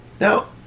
Now